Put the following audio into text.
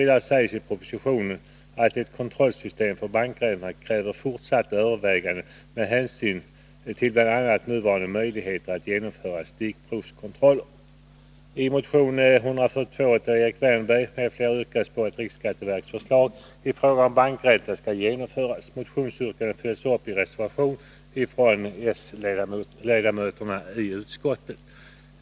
Det sägs i propositionen att ett kontrollsystem för bankräntorna kräver fortsatta överväganden med hänsyn till bl.a. nuvarande möjligheter att genomföra stickprovskontroller.